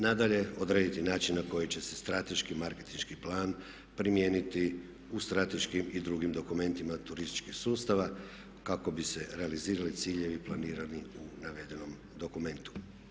Nadalje, odrediti način na koji će se strateški marketinški plan primijeniti u strateškim i drugim dokumentima turističkih sustava kako bi se realizirali ciljevi planirani u navedenom dokumentu.